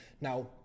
Now